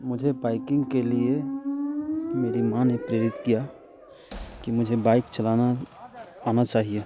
मुझे बाइकिंग के लिए मेरी माँ ने प्रेरित किया कि मुझे बाइक चलाना आना चाहिए